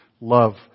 love